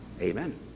Amen